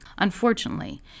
Unfortunately